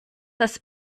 das